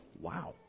wow